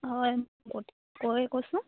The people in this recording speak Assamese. হয় কৈ